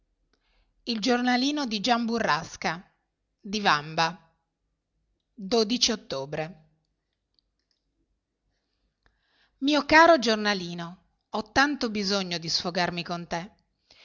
e ora e poi io ero ottobre mio caro giornalino ho tanto bisogno di sfogarmi con te